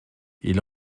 ils